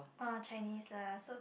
oh Chinese lah so